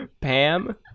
Pam